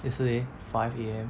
yesterday five A_M